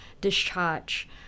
discharge